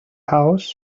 house